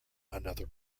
another